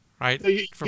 right